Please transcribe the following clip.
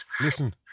Listen